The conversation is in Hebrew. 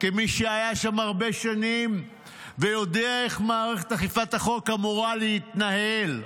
כמי שהיה שם הרבה שנים ויודע איך מערכת אכיפת החוק אמורה להתנהל.